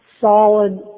solid